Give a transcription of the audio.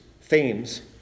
themes